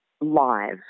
live